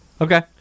Okay